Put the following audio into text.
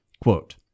Quote